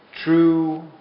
true